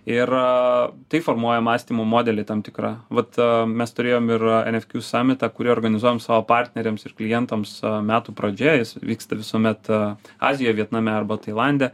ir tai formuoja mąstymo modelį tam tikrą vat mes turėjom ir energiu samitą kurį organizuojam savo partneriams ir klientams metų pradžioje jis vyksta visuomet azijoje vietname arba tailande